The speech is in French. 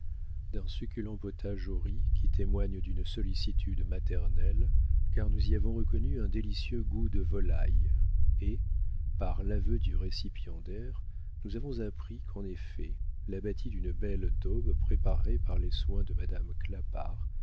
d'un succulent potage au riz qui témoigne d'une sollicitude maternelle car nous y avons reconnu un délicieux goût de volaille et par l'aveu du récipiendaire nous avons appris qu'en effet l'abatis d'une belle daube préparée par les soins de madame